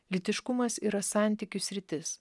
lytiškumas yra santykių sritis